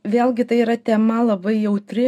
vėlgi tai yra tema labai jautri